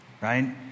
right